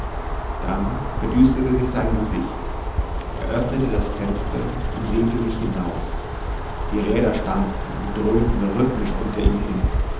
dann verdüsterte sich sein gesicht er öffnete das fenster und lehnte sich hinaus die räder stampften und dröhnten rhythmisch unter ihm hin